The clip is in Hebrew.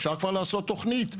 אפשר כבר לעשות תכנית.